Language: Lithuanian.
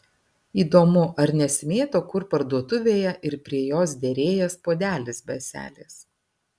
įdomu ar nesimėto kur parduotuvėje ir prie jos derėjęs puodelis be ąselės